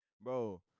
Bro